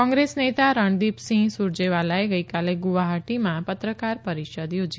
કોંગ્રેસ નેતા રણદીપસિંઘ સુરજેવાલાએ ગઈકાલે ગુવાહાટીમાં પત્રકાર પરિષદ યોજી